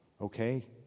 Okay